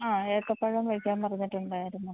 ആ ഏത്തപ്പഴം വയ്ക്കാൻ പറഞ്ഞിട്ടുണ്ടായിരുന്നു